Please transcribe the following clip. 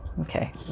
Okay